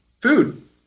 food